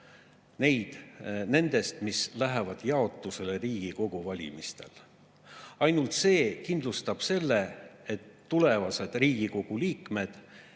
– nendest, mis lähevad jaotusele Riigikogu valimistel. Ainult see kindlustab selle, et tulevased Riigikogu liikmed